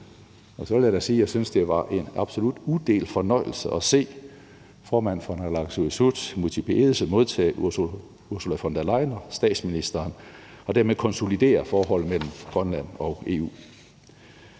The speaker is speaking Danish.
jeg syntes, det var en absolut udelt fornøjelse at se formanden for naalakkersuisut, Múte B. Egede, modtage Ursula von der Leyen og statsministeren og dermed konsolidere forholdet mellem Grønland og EU.